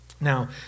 Now